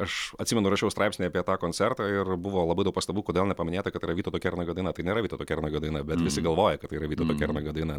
aš atsimenu rašiau straipsnį apie tą koncertą ir buvo labai daug pastabų kodėl nepaminėta kad tai yra vytauto kernagio daina tai nėra vytauto kernagio daina bet visi galvoja kad tai yra vytauto kernagio daina